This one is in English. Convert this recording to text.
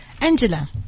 angela